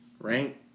right